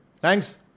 thanks